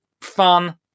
fun